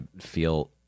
feel